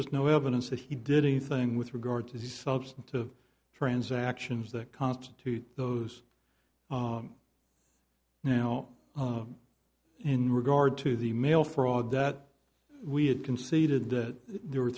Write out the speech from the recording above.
just no evidence that he did anything with regard to the substantive transactions that constitute those now in regard to the mail fraud that we had conceded that there were